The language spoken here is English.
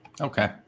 Okay